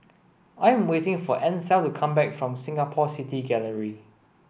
I am waiting for Ansel to come back from Singapore City Gallery